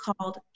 called